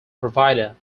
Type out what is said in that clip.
provider